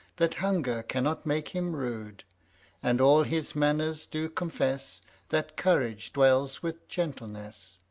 that hunger cannot make him rude and all his manners do confess that courage dwells with gentleness.